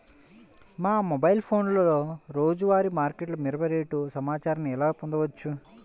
మా మొబైల్ ఫోన్లలో రోజువారీ మార్కెట్లో మిరప రేటు సమాచారాన్ని ఎలా పొందవచ్చు?